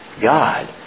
God